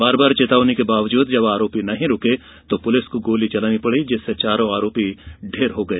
बार बार चेतावनी के बावजूद जब आरोपी नहीं रुके तो पुलिस को गोली चलानी पड़ी जिससे चारों आरोपी ढेर हो गए